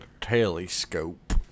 telescope